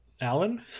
alan